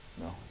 No